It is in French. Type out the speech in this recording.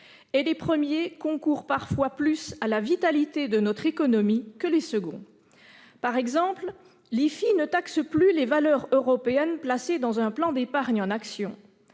Et les premiers concourent parfois davantage à la vitalité de notre économie que les seconds. Par exemple, l'IFI ne taxe plus les valeurs européennes placées dans un plan d'épargne en actions,